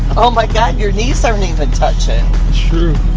oh my god, your knees aren't even touching. true.